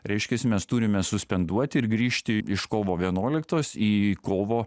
reiškiasi mes turime suspenduoti ir grįžti iš kovo vienuoliktos į kovo